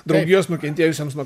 draugijos nukentėjusiems nuo